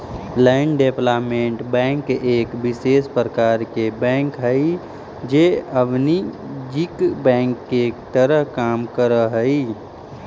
land development bank एक विशेष प्रकार के बैंक हइ जे अवाणिज्यिक बैंक के तरह काम करऽ हइ